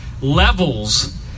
levels